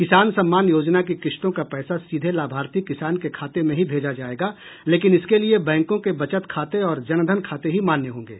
किसान सम्मान योजना की किश्तों का पैसा सीधे लाभार्थी किसान के खाते में ही भेजा जाएगा लेकिन इसक लिए बैंकों के बचत खाते और जन धन खाते ही मान्य होंगे